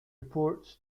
reports